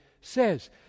says